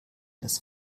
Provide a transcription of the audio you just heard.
das